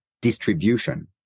distribution